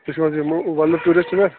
تُہۍ چھُو حظ یِمہٕ ولُر ٹیٛوٗرِسٹہٕ پٮ۪ٹھ